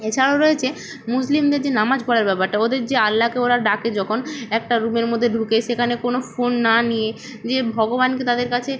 এছাড়াও রয়েছে মুসলিমদের যে নামাজ পড়ার ব্যাপারটা ওদের যে আল্লাকে ওরা ডাকে যখন একটা রুমের মধ্যে ঢুকে সেখানে কোনো ফোন না নিয়ে নিজের ভগবানকে তাদের কাছে